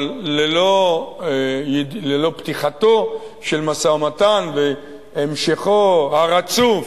אבל ללא פתיחתו של משא-ומתן והמשכו הרצוף,